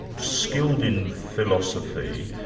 skilled in philosophy,